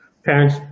Parents